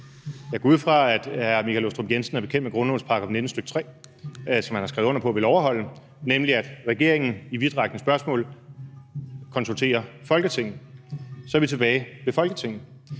jeg går ud fra, at hr. Michael Aastrup Jensen er bekendt med grundlovens § 19, stk. 3, som han har skrevet under på at ville overholde, nemlig at regeringen i vidtrækkende spørgsmål konsulterer Folketinget. Så er vi tilbage ved Folketinget.